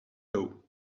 doe